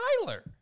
Tyler